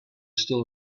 still